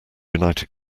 united